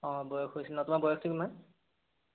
অঁ বয়স হৈছে ন তোমাৰ বয়সটো কিমান